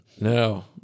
No